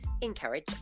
encourage